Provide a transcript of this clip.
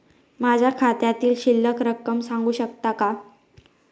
माझ्या खात्यातील शिल्लक रक्कम सांगू शकता का?